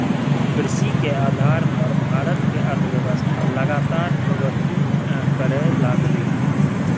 कृषि के आधार पर भारत के अर्थव्यवस्था लगातार प्रगति करइ लागलइ